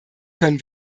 können